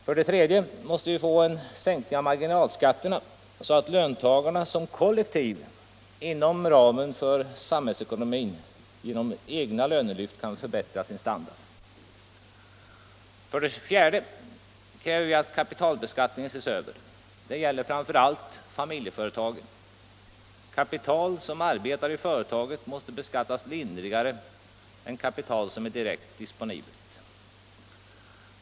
För det tredje: Vi måste få en sänkning av marginalskatterna så att löntagarna som kollektiv inom ramen för samhällsekonomin genom lönelyft kan förbättra sin standard. För det fjärde: Kapitalbeskattningen måste ses över. Det gäller framför allt familjeföretagen. Kapital som arbetar i företaget måste beskattas lindrigare än kapital som är direkt disponibelt.